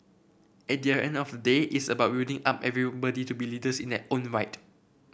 at the end of the day it's about building up everybody to be leaders in their own right